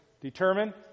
determine